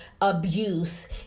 abuse